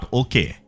okay